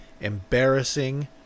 embarrassing